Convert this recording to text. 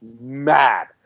mad